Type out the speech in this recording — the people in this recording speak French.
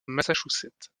massachusetts